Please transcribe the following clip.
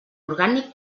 orgànic